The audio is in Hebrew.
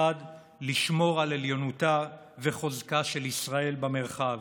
1. לשמור על עליונותה וחוזקה של ישראל במרחב,